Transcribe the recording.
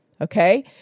Okay